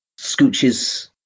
scooches